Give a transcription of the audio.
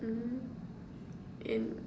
mmhmm and